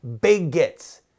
bigots